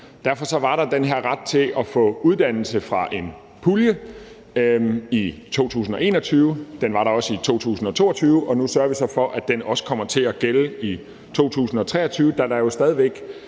Derfor var der den her ret til at få uddannelse fra en pulje i 2021, den var der også i 2022, og nu sørger vi så for, at den også kommer til at gælde i 2023, da der jo stadig væk